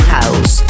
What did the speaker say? House